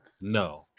No